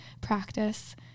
practice